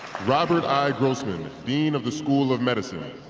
robert i. grossman, dean of the school of medicine.